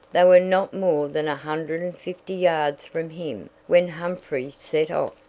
they were not more than a hundred and fifty yards from him when humphrey set off,